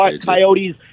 Coyotes